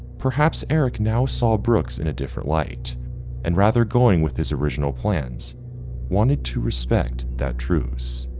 perhaps eric now saw brooks in a different light and rather going with his original plans wanted to respect that truce.